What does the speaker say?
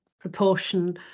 proportion